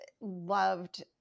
loved